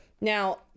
Now